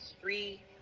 Three